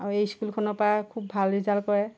আৰু এই স্কুলখনৰ পৰা খুব ভাল ৰিজাল্ট কৰে